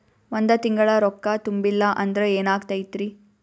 ಒಂದ ತಿಂಗಳ ರೊಕ್ಕ ತುಂಬಿಲ್ಲ ಅಂದ್ರ ಎನಾಗತೈತ್ರಿ?